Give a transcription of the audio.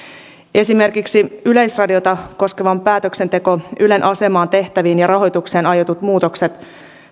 esimerkiksi yleisradiota koskeva päätöksenteko ylen asemaan tehtäviin ja rahoitukseen aiotut muutokset